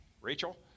Rachel